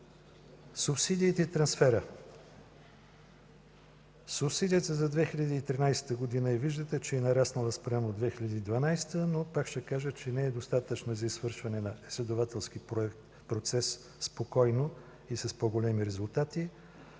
Субсидиите и трансферът. Субсидията за 2013 г. я виждате, че е нараснала спрямо 2012 г., но пак ще кажа, че не е достатъчна за извършване на изследователски процес спокойно и с по-големи резултати.